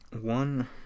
One